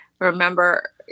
remember